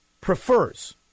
prefers